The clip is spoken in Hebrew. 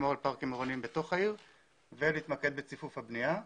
לשמור על פארקים עירוניים בתוך העיר ולהתמקד בציפוף הבנייה,